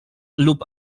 lub